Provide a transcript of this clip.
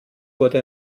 wurde